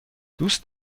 دوست